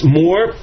more